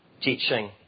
teaching